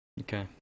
okay